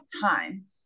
time